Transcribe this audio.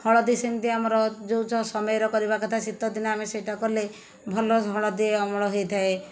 ହଳଦୀ ସେମିତି ଆମର ଯେଉଁ ସମୟରେ କରିବା କଥା ଶୀତ ଦିନେ ଆମେ ସେଇଟା କଲେ ଭଲ ହଳଦୀ ଅମଳ ହେଇଥାଏ